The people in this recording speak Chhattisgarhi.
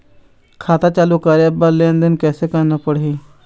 खाता ला चालू रखे बर लेनदेन कैसे रखना पड़ही?